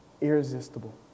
irresistible